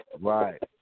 Right